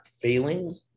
failing